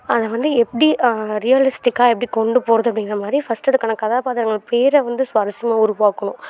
அதை வந்து எப்படி ரியலிஸ்ட்டிக்காக எப்படி கொண்டு போகிறது அப்படிங்கிற மாதிரி ஃபஸ்ட்டு அதுக்கான கதாபாத்திரங்கள் பேரை வந்து சுவாரஸ்யமாக உருவாக்கணும்